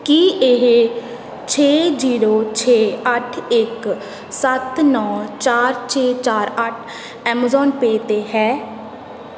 ਕੀ ਇਹ ਛੇ ਜੀਰੋ ਛੇ ਅੱਠ ਇੱਕ ਸੱਤ ਨੌਂ ਚਾਰ ਛੇ ਚਾਰ ਅੱਠ ਐਮਾਜ਼ੋਨ ਪੇਅ 'ਤੇ ਹੈ